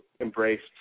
embraced